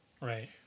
Right